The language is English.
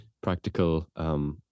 practical